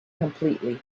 completely